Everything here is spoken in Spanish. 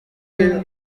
hija